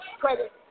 credit